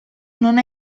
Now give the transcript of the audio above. non